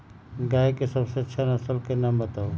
गाय के सबसे अच्छा नसल के नाम बताऊ?